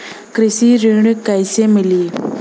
कृषि ऋण कैसे मिली?